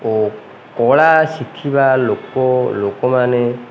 ଓ କଳା ଶିଖିବା ଲୋକ ଲୋକମାନେ